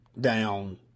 down